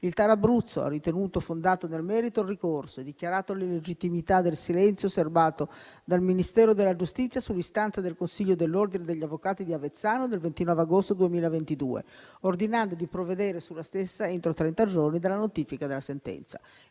dell'Abruzzo ha ritenuto fondato nel merito il ricorso e dichiarato l'illegittimità del silenzio serbato dal Ministero della giustizia sull'istanza del Consiglio dell'ordine degli avvocati di Avezzano del 29 agosto 2022, ordinando di provvedere sulla stessa entro trenta giorni dalla notifica della sentenza.